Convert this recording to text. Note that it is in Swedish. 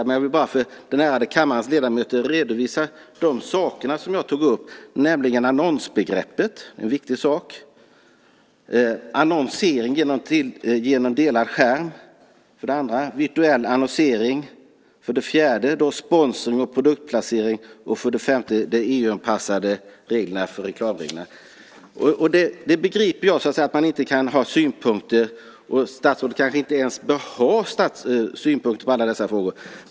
Men jag vill för den ärade kammarens ledamöter redovisa de saker som jag tog upp. Det var för det första annonsbegreppet, som är en viktig sak, för det andra annonsering genom delad skärm, för det tredje virtuell annonsering, för det fjärde sponsring och produktplacering och för det femte de EU-anpassade reklamreglerna. Jag begriper att han inte kan ha synpunkter på allt. Statsrådet kanske inte ens bör ha synpunkter på alla dessa frågor.